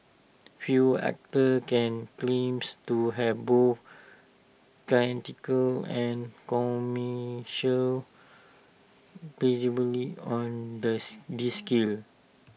few actors can claims to have both critical and commercial credibility on thus this scale